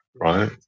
right